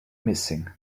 missing